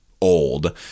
old